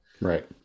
Right